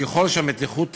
וככל שהמתיחות תרד,